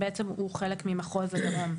הוא בעצם חלק ממחוז הדרום.